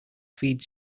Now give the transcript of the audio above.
feeds